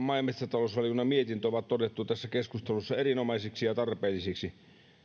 maa ja metsätalousvaliokunnan mietintö on todettu tässä keskustelussa erinomaisiksi ja tarpeellisiksi